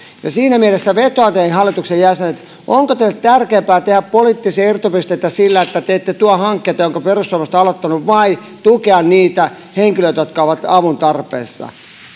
siinä mielessä vetoan teihin hallituksen jäsenet onko teille tärkeämpää tehdä poliittisia irtopisteitä sillä että te ette tuo hankkeita jotka perussuomalaiset ovat aloittaneet vai tukea niitä henkilöitä jotka ovat avun tarpeessa